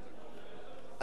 אדוני היושב-ראש,